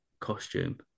costume